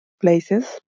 places